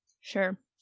Sure